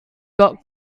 got